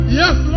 yes